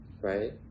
right